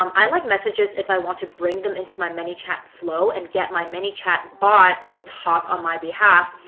um i like messages if i want to bring them into my manychat flow and get my manychat bot to talk on my behalf,